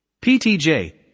PTJ